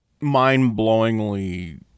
mind-blowingly